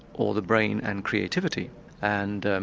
or the brain and creativity and